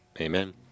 Amen